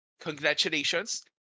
congratulations